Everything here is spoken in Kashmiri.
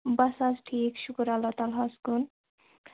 بَس حظ ٹھیٖک شُکُر اَللہ تعالا ہس کُن